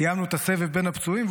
סיימנו את הסבב בין הפצועים,